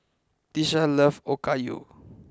Tisha loves Okayu